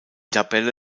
tabelle